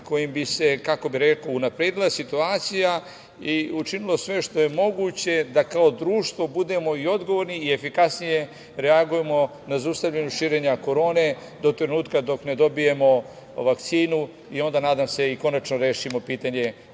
koji bi se, kako bih rekao, unapredila situacija i učinilo sve što je moguće da kao društvo budemo odgovorni i efikasnije reagujemo na zaustavljanju širenja Korone do trenutka dok ne dobijemo vakcinu i onda nadam se i konačno rešimo pitanje